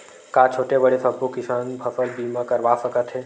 का छोटे बड़े सबो किसान फसल बीमा करवा सकथे?